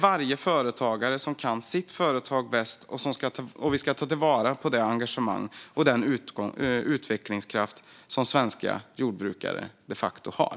Varje företagare kan sitt företag bäst, och vi ska ta vara på det engagemang och den utvecklingskraft som svenska jordbrukare har.